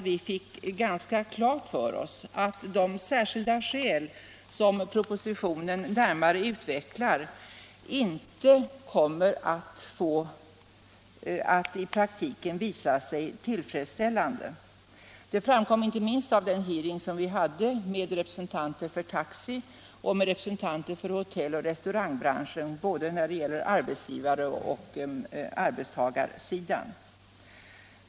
Vi fick klart för oss att de särskilda skäl som propositionen närmare utvecklar i praktiken inte kommer att visa sig vara tillfredsställande. Det framkom inte minst av den hearing vi hade med representanter för taxi och för hotelloch restaurangbranschen, när det gäller både arbetsgivar och arbetstagarsidan.